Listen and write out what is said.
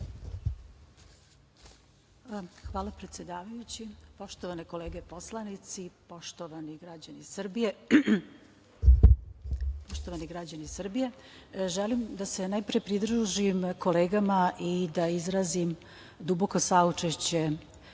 Hvala, predsedavajući. Poštovane kolege poslanici, poštovani građani Srbije, želim najpre da se pridružim kolegama i da izrazim duboko saučešće